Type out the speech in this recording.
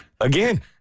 Again